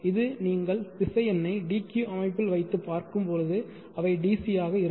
இது நீங்கள் திசை என்னை d q அமைப்பில் வைத்து பார்க்கும் பொழுது அவை DC ஆக இருக்கும்